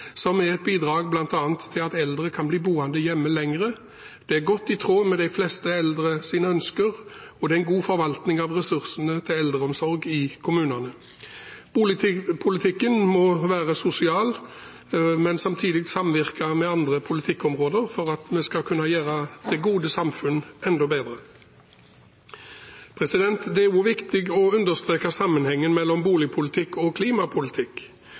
som er et bidrag bl.a. til at eldre kan bli boende hjemme lenger. Det er godt i tråd med det de fleste eldre ønsker, og er god forvaltning av ressursene til eldreomsorg i kommunene. Boligpolitikken må være sosial, men samtidig samvirke med andre politikkområder for at vi skal kunne gjøre det gode samfunn enda bedre. Det er også viktig å understreke sammenhengen mellom boligpolitikk og klimapolitikk.